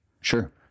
Sure